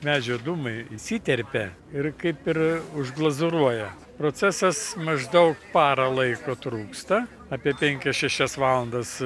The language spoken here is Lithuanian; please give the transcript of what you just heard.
medžio dūmai įsiterpia ir kaip ir už glazūruoja procesas maždaug parą laiko trūksta apie penkias šešias valandas